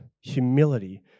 humility